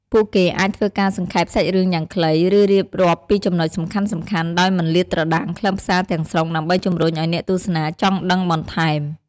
ពួកគេអាចធ្វើការសង្ខេបសាច់រឿងយ៉ាងខ្លី ឬរៀបរាប់ពីចំណុចសំខាន់ៗដោយមិនលាតត្រដាងខ្លឹមសារទាំងស្រុងដើម្បីជំរុញឱ្យអ្នកទស្សនាចង់ដឹងបន្ថែម។